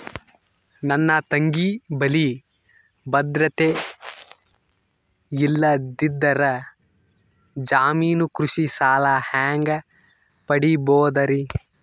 ನನ್ನ ತಂಗಿ ಬಲ್ಲಿ ಭದ್ರತೆ ಇಲ್ಲದಿದ್ದರ, ಜಾಮೀನು ಕೃಷಿ ಸಾಲ ಹೆಂಗ ಪಡಿಬೋದರಿ?